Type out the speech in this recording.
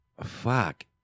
Fuck